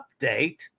update